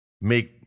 make